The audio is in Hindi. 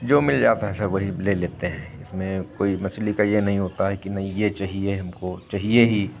जो मिल जाता है सब वही ले लेते हैं इसमें कोई मछली का ये नहीं होता है ये चाहिए हमको चाहिए ही